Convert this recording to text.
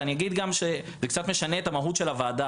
ואגיד גם שזה קצת משנה את המהות של הוועדה.